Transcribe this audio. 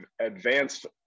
advanced